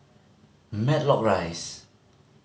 Matlock Rise